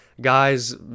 guys